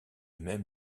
même